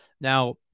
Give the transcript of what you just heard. now